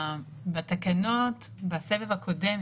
בתקנות בסבב הקודם,